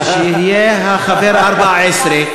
שיהיה החבר ה-14.